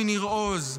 מניר עוז,